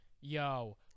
Yo